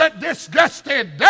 disgusted